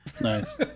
Nice